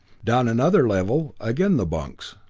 down another level again the bunks,